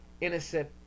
innocent